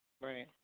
Right